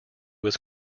was